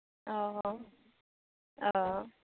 অঁ অঁ